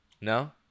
No